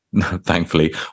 thankfully